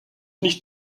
nicht